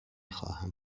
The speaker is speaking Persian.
خواهم